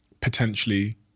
potentially